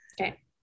Okay